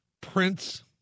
Prince